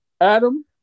Adam